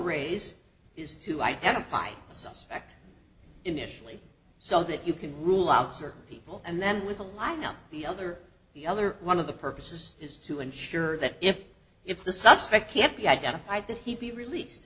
race is to identify the suspect initially so that you can rule out certain people and then with a lineup the other the other one of the purposes is to ensure that if if the suspect can't be identified that he be release